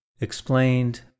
Explained